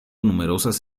numerosas